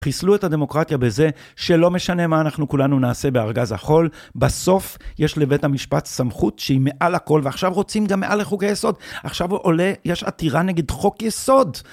חיסלו את הדמוקרטיה בזה שלא משנה מה אנחנו כולנו נעשה בארגז החול, בסוף יש לבית המשפט סמכות שהיא מעל הכל, ועכשיו רוצים גם מעל לחוקי יסוד. עכשיו יש עתירה נגד חוק יסוד.